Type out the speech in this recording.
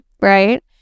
right